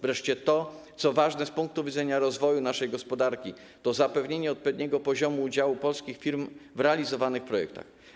Wreszcie to, co ważne z punktu widzenia rozwoju naszej gospodarki - zapewnienie odpowiedniego poziomu udziału polskich firm w realizowanych projektach.